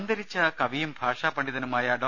അന്തരിച്ച കവിയും ഭാഷാ പണ്ഡിതനുമായ ഡോ